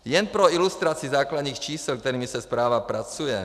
Jen pro ilustraci základních čísel, se kterými zpráva pracuje.